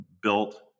built